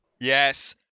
Yes